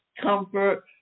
comfort